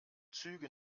züge